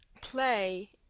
play